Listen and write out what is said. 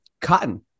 cotton